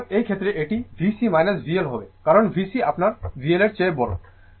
সুতরাং এই ক্ষেত্রে এটি VC VL হবে কারণ VC আপনার VL চেয়ে বড়